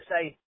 say